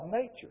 nature